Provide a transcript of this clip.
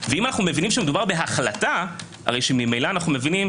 ואם אנו מבינים שמדובר בהחלטה הרי שממילא אנו מבינים